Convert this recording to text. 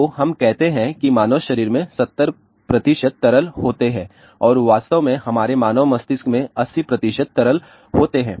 तो हम कहते हैं कि मानव शरीर में 70 तरल होते हैं और वास्तव में हमारे मानव मस्तिष्क में 80 तरल होते हैं